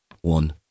One